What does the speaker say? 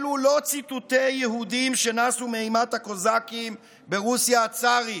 אלו לא ציטוטי יהודים שנסו מאימת הקוזקים ברוסיה הצארית,